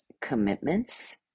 commitments